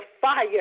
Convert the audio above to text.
fire